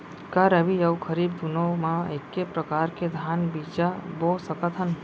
का रबि अऊ खरीफ दूनो मा एक्के प्रकार के धान बीजा बो सकत हन?